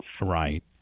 Right